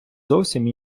зовсім